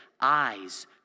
Eyes